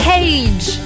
Cage